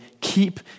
Keep